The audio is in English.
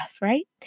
right